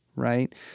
right